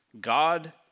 God